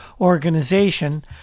organization